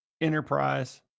Enterprise